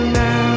now